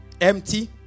empty